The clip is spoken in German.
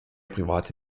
private